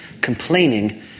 complaining